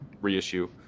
reissue